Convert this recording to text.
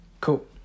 Cool